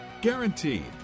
Guaranteed